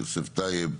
יוסף טייב,